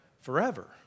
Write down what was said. Forever